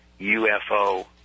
UFO